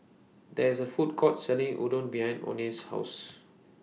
There IS A Food Court Selling Unadon behind Oney's House